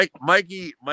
Mikey